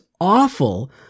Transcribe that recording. awful